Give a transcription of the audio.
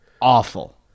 awful